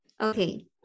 Okay